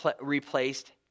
replaced